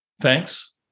Thanks